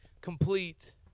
complete